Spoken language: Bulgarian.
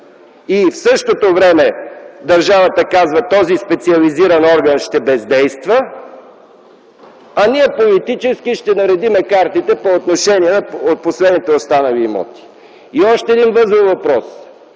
И в същото време държавата казва: „Този специализиран орган ще бездейства, а ние политически ще наредим картите по отношение на последните останали имоти”. И още един възлов въпрос.